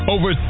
Over